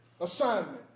assignment